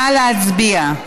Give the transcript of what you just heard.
נא להצביע.